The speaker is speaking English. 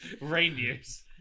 reindeers